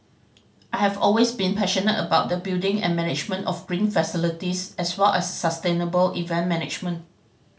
I have always been passionate about the building and management of green facilities as well as sustainable event management